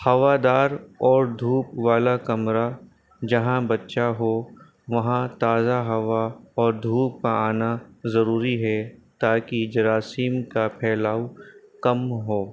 ہوادار اور دھوپ والا کمرہ جہاں بچہ ہو وہاں تازہ ہوا اور دھوپ کا آنا ضروری ہے تاکہ جراثم کا پھیلاؤ کم ہو